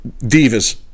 divas